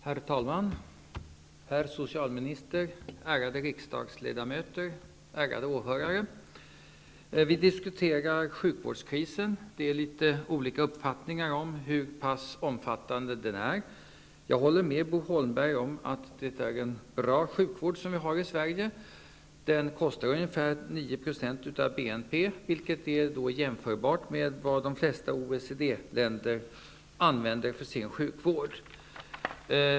Herr talman! Herr socialminister, ärade riksdagsledamöter, ärade åhörare! Vi diskuterar nu sjukvårdskrisen. Det finns litet olika uppfattningar om hur pass omfattande den är. Jag håller med Bo Holmberg om att vi har en bra sjukvård i Sverige. Den kostar ungefär 9 % av BNP, vilket är jämförbart med vad de flesta OECD-länder använder för sin sjukvård.